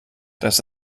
dass